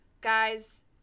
Guys